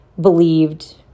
believed